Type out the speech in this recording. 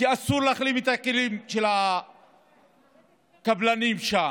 כי אסור להחרים את הכלים של הקבלנים שם.